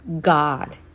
god